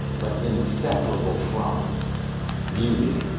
but inseparable from beauty,